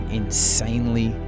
insanely